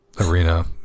arena